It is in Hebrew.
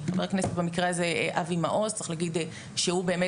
במקרה הזה אבי מעוז וצריך להגיד שהוא באמת